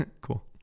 cool